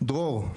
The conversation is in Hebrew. דרור,